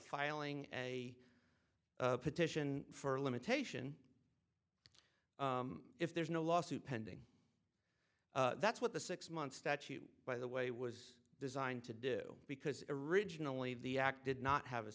filing a petition for a limitation if there's no lawsuit pending that's what the six month statute by the way was designed to do because originally the acted not have a